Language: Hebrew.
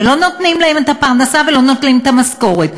ולא נותנים להם את הפרנסה ולא נותנים להם את המשכורת.